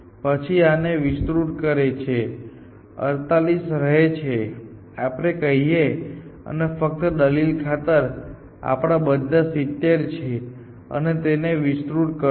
પછી તે આને વિસ્તૃત કરે છે 48 રહે છે આપણે કહીએ અને ફક્ત દલીલ ખાતર આ બધા 70 છે અને તેને વિસ્તૃત કરશે